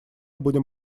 будем